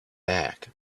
back